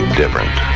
different